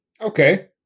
okay